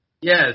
Yes